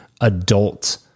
Adult